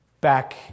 back